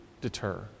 deter